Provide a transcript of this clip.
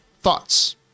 thoughts